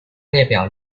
列表